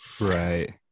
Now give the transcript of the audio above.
right